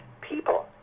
people